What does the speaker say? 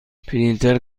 پرینتر